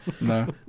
no